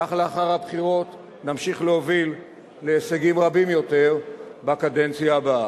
כך לאחר הבחירות נמשיך להוביל להישגים רבים יותר בקדנציה הבאה.